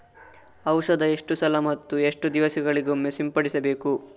ಔಷಧ ಎಷ್ಟು ಸಲ ಮತ್ತು ಎಷ್ಟು ದಿವಸಗಳಿಗೊಮ್ಮೆ ಸಿಂಪಡಿಸಬೇಕು?